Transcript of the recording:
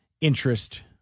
interest